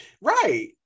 Right